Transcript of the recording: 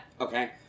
Okay